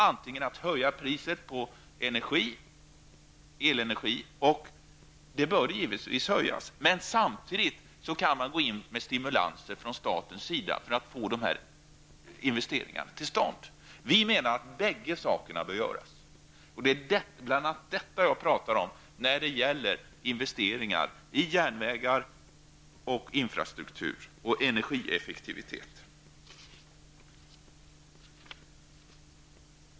Det ena är att höja priset på elenergi -- det bör givetvis höjas. Det andra är att man från statens sida går in med stimulanser för att få investeringarna till stånd. Vi menar att bägge sakerna bör göras. Det är bl.a. detta jag pratar om när det gäller investeringar i järnvägar, infrastruktur och energieffektivitet.